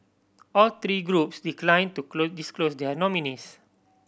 all three groups decline to disclose their nominees